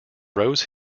rose